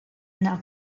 now